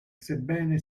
sebbene